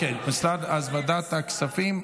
אם כך, לוועדת הכספים.